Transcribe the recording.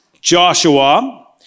Joshua